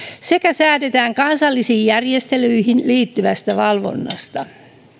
sekä säädetään kansallisiin järjestelyihin liittyvästä valvonnasta